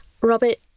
Robert